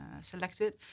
selected